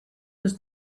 was